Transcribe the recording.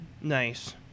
Nice